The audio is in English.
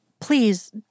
please